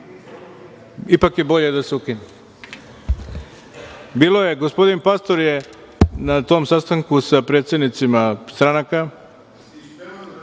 ipak je bolje da se ukine. Gospodin Pastor je na tom sastanku sa predsednicima stranaka